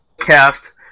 cast